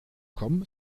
komm